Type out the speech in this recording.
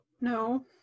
No